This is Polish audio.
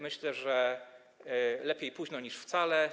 Myślę, że lepiej późno niż wcale.